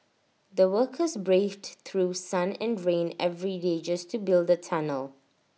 the workers braved through sun and rain every day just to build the tunnel